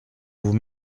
vous